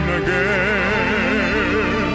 again